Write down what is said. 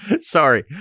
Sorry